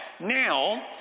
now